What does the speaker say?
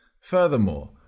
Furthermore